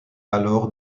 alors